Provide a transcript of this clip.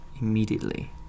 immediately